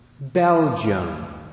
Belgium